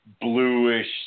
bluish